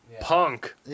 Punk